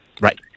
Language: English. Right